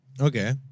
Okay